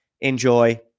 enjoy